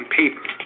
paper